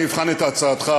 אבחן את הצעתך,